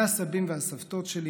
מהסבים והסבתות שלי,